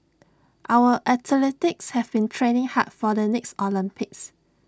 our athletes have been training hard for the next Olympics